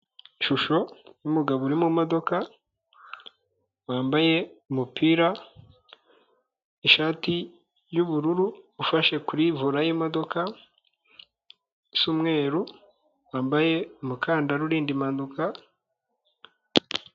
Ishusho y'umugabo uri mu modoka wambaye umupira, ishati y'ubururu ufashe kuri vora y'imodoka isa umweru wambaye umukandara uri impanuka.